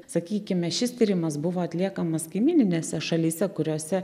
sakykime šis tyrimas buvo atliekamas kaimyninėse šalyse kuriose